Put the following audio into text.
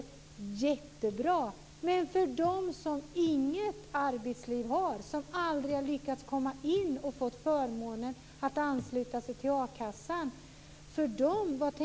Det är jättebra, men vad tänker ni göra för dem som inget arbetsliv har och som aldrig har lyckats komma in på marknaden och få förmånen att ansluta sig till a-kassan?